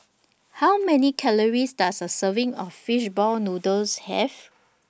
How Many Calories Does A Serving of Fish Ball Noodles Have